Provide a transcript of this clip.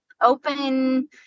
open